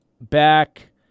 back